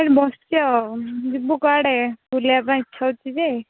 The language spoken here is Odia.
ଏଇଠି ବସିଛି ଆଉ ଯିବୁ କୁଆଡ଼େ ବୁଲିବା ପାଇଁ ଇଛା ହେଉଛି ଯେ